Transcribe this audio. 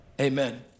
amen